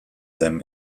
them